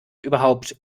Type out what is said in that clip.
überhaupt